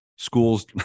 schools